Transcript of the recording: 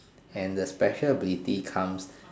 and the special ability comes